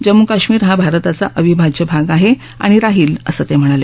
जम्मू कश्मीर हा भारताचा अविभाज्य भाग आहे आणि राहील असं ते म्हणाले